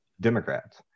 democrats